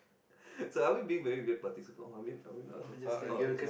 so are we being very weird participant I mean are we not supposed to oh